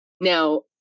Now